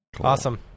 awesome